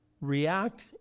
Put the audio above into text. react